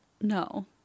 No